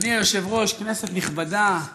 אדוני היושב-ראש, כנסת נכבדה,